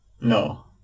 No